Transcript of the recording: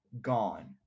gone